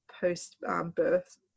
post-birth